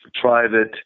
private